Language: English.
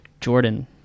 Jordan